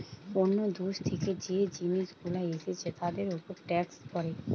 অন্য দেশ থেকে যে জিনিস গুলো এসছে তার উপর ট্যাক্স পড়ে